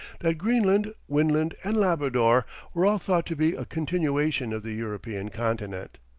that greenland, winland, and labrador were all thought to be a continuation of the european continent.